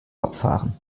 abfahren